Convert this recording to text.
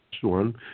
one